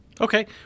Okay